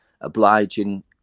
Obliging